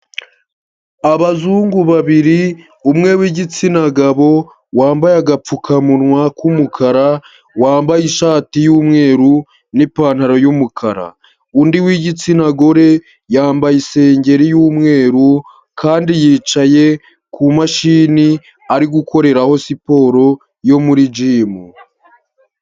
Abazungu babiri, umwe w'igitsina gabo wambaye agapfukamunwa k'umukara, wambaye ishati y'umweru n'ipantaro y'umukara, undi w'igitsina gore, yambaye isengeri y'umweru kandi yicaye ku mashini ari gukoreraho siporo yo muri gimu.